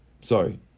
sorry